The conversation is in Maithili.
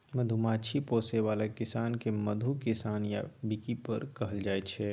मधुमाछी पोसय बला किसान केँ मधु किसान या बीकीपर कहल जाइ छै